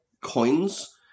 coins